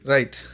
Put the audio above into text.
Right